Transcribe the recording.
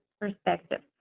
perspective